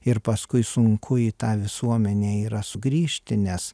ir paskui sunku į tą visuomenę yra sugrįžti nes